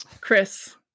Chris